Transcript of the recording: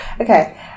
Okay